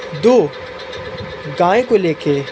दो गाय को लेकर